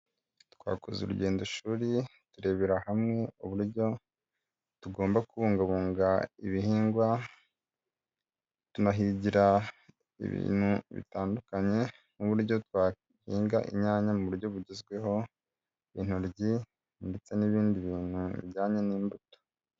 Twakoze urugendoshuri turebera hamwe uburyo tugomba kubungabunga ibihingwa, tunahigira ibintu bitandukanye n'uburyo twahinga inyanya mu buryo bugezweho, intoryi ndetse n'ibindi bintu bijyanye n'imbuto.